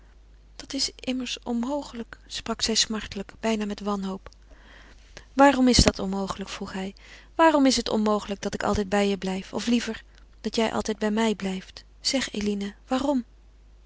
dat is immers onmogelijk sprak zij smartelijk bijna met wanhoop waarom is dat onmogelijk vroeg hij waarom is het onmogelijk dat ik altijd bij je blijf of liever dat jij altijd bij mij blijft zeg eline waarom